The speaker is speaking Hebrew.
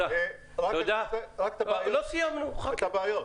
רק את הבעיות.